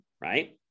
right